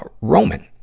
Roman